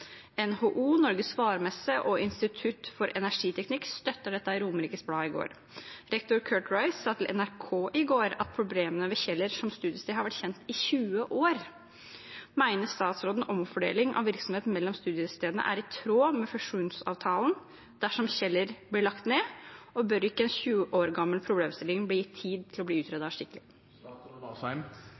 NHO, Norges Varemesse og Institutt for energiteknikk støtter dette i Romerikes Blad i går. Rektor Curt Rice sa til NRK i går at problemene ved Kjeller som studiested har vært kjent i 20 år. Mener statsråden omfordeling av virksomheten mellom studiestedene er i tråd med fusjonsavtalen dersom Kjeller blir lagt ned? Og bør ikke en 20 år gammel problemstilling bli gitt tid til å bli utredet skikkelig?